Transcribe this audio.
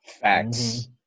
Facts